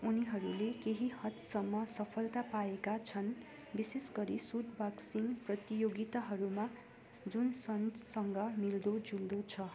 उनीहरूले केही हदसम्म सफलता पाएका छन् विशेष गरी सुट बक्सिङ प्रतियोगिताहरूमा जुन सन्डसँग मिल्दोजुल्दो छ